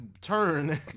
turn